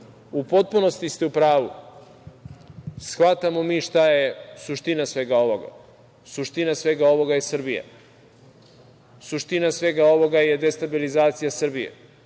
U potpunosti ste u pravu, shvatamo mi šta je suština svega ovoga, suština svega ovoga je Srbija. Suština svega ovoga je destabilizacija Srbije.